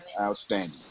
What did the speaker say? Outstanding